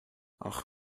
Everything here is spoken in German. ach